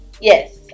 Yes